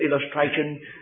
illustration